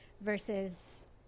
versus